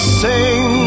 sing